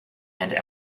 and